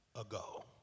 ago